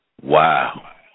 Wow